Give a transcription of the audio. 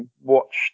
watched